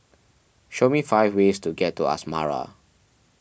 show me five ways to get to Asmara